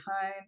home